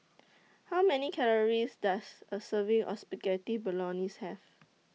How Many Calories Does A Serving Or Spaghetti Bolognese Have